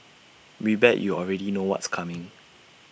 we bet you already know what's coming